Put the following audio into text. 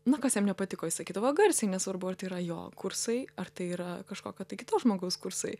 na kas jam nepatiko jis sakydavo garsiai nesvarbu ar tai yra jo kursai ar tai yra kažkokio tai kito žmogaus kursai